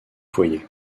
foyer